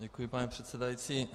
Děkuji, paní předsedající.